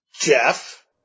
Jeff